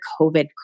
COVID